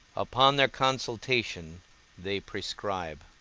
upon their consultation they prescribe.